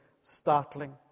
startling